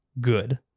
good